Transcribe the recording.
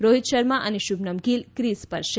રોહિત શર્મા અને શુભમન ગીલ ક્રીઝ પર છે